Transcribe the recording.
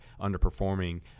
underperforming